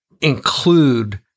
include